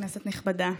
כנסת נכבדה,